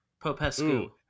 popescu